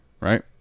right